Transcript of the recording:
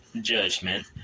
judgment